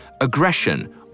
aggression